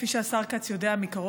כפי שהשר כץ יודע מקרוב,